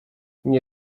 nie